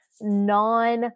non